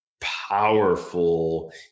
powerful